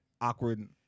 awkward